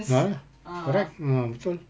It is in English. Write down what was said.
ya lah correct ah betul